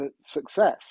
success